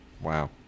wow